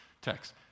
Text